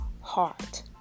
heart